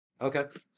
Okay